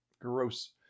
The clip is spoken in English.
Gross